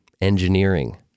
engineering